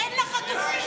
אין לחטופים שעון.